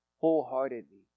Wholeheartedly